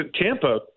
Tampa